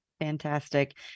Fantastic